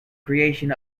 creation